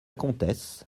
comtesse